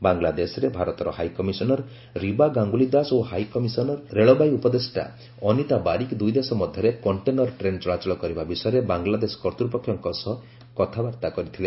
ବାଂଲାଦେଶରେ ଭାରତର ହାଇକମିଶନର ରିବା ଗାଙ୍ଗଲି ଦାସ ଓ ହାଇକମିଶନରେ ରେଳବାଇ ଉପଦେଷ୍ଟା ଅନୀତା ବାରିକ ଦ୍ରଇଦେଶ ମଧ୍ୟରେ କଣ୍ଟେନର ଟ୍ରେନ୍ ଚଳାଚଳ କରିବା ବିଷୟରେ ବାଂଲାଦେଶ କର୍ତ୍ତପକ୍ଷଙ୍କ ସହ କଥାବାର୍ତ୍ତା କରିଥିଲେ